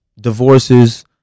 divorces